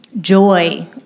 joy